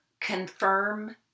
confirm